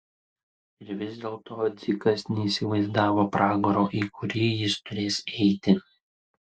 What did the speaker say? ir vis dėlto dzikas neįsivaizdavo pragaro į kurį jis turės eiti